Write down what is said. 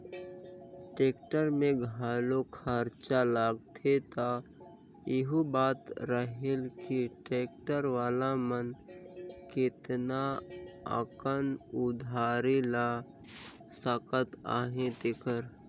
tractor में घलो खरचा लागथे त एहू बात रहेल कि टेक्टर वाला मन केतना अकन उधारी ल सहत अहें तेहर